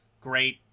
great